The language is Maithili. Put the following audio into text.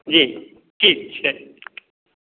जी ठीक छै